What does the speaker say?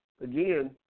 again